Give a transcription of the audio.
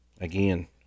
Again